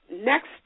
next